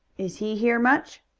is he here much?